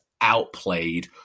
outplayed